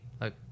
Look